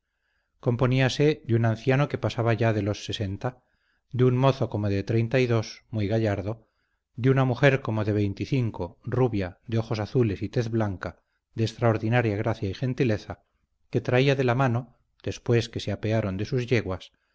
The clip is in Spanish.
componíase de un anciano que pasaba ya de los sesenta de un mozo como de treinta y dos muy gallardo de una mujer como de veinticinco rubia de ojos azules y tez blanca de extraordinaria gracia y gentileza que traía de la mano después que se apearon de sus yeguas